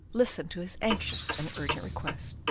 listened to his anxious and urgent request.